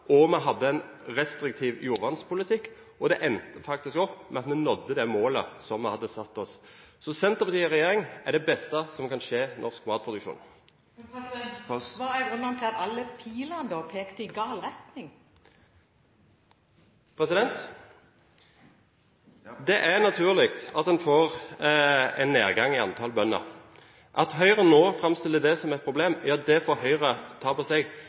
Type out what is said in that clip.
og vi hadde en restriktiv jordvernpolitikk. Det endte faktisk med at vi nådde de målene vi hadde satt oss. Senterpartiet i regjering er det beste som kan skje norsk matproduksjon. Hva er grunnen til at alle pilene pekte i gal retning? Det er naturlig at en får en nedgang i antall bønder. At Høyre nå framstiller det som et problem, ja, det får Høyre ta på seg.